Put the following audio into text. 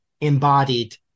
embodied